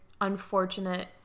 unfortunate